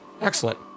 Excellent